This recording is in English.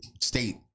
state